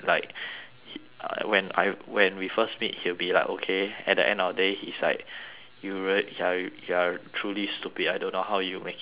uh when I when we first meet he will be like okay at the end of the day he's like you rea~ you're you're truly stupid I don't how you make it into S_M_U